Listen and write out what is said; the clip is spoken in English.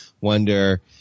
wonder